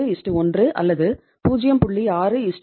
81 அல்லது 0